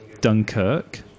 Dunkirk